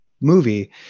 movie